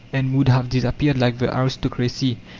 and would have disappeared like the aristocracy.